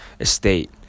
estate